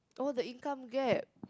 oh the income gap